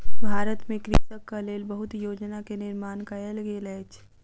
भारत में कृषकक लेल बहुत योजना के निर्माण कयल गेल अछि